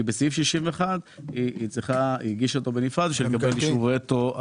כי העמותה הגישה בקשה לעניין סעיף 61 בשביל לקבל אישור רטרואקטיבי.